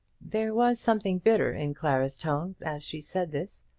there was something bitter in clara's tone as she said this,